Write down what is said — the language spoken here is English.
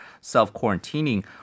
self-quarantining